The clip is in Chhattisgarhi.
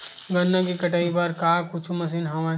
गन्ना के कटाई बर का कुछु मशीन हवय?